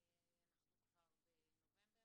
אנחנו כבר בסוף נובמבר.